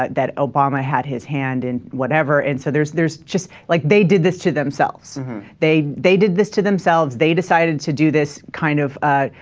that that obama had his hand in whatever and so there's there's just like they did this to themselves they they did this to themselves they decided to do this kind of ah.